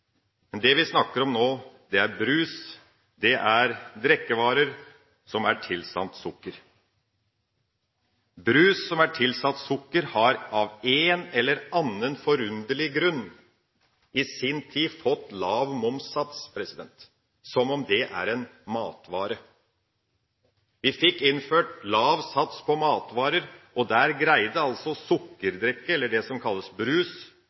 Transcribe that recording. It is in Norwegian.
Men det vi snakker om nå, er brus – drikkevarer – som er tilsatt sukker. Brus som er tilsatt sukker, har av en eller annen forunderlig grunn i sin tid fått lav momssats – som om det er en matvare. Vi fikk innført lav sats på matvarer, og sukkerdrikke – det som kalles brus